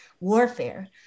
warfare